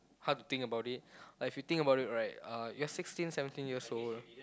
hard to think about it like if you think about it right uh you're sixteen seventeen years old